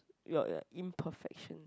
your your imperfection